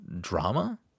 drama